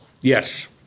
Yes